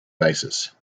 basis